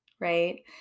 right